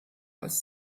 als